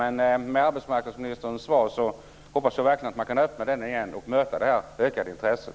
Men genom arbetsmarknadsministerns svar hoppas jag verkligen att man kan öppna den igen och möta det ökade intresset.